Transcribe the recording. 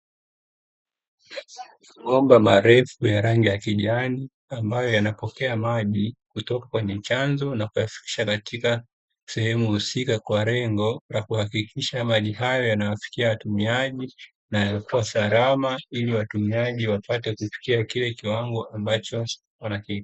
Mabomba marefu ya rangi ya kijani, ambayo yanapokea maji kutoka kwenye chanzo, na kuyafikisha katika sehemu husika, kwa lengo la kuhakikisha maji hayo yanawafikia watumiaji, na yanakua salama, ili watumiaji wapate kufikia kile kiwango ambacho wanakihitaji.